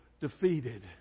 defeated